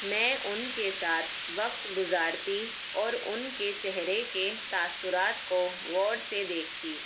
میں ان کے ساتھ وقت گزارتی اور ان کے چہرے کے تاثرات کو غور سے دیکھتی